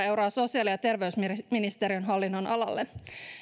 euroa sosiaali ja terveysministeriön hallinnonalalle